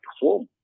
perform